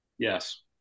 Yes